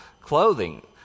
clothing